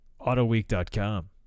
autoweek.com